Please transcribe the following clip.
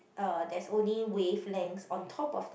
uh there's only wavelengths on top of the